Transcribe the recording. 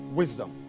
wisdom